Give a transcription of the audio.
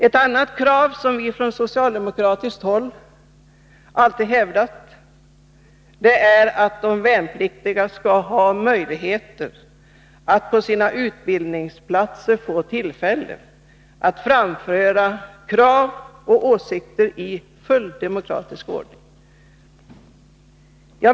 Ett annat krav som vi från socialdemokratiskt håll alltid hävdat är att de värnpliktiga skall ha möjligheter att på sina utbildningsplatser framföra krav och åsikter i demokratisk ordning.